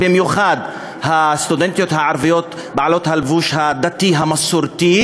במיוחד הסטודנטיות הערביות בעלות הלבוש הדתי המסורתי,